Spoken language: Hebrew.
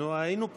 נו, היינו פה.